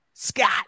Scott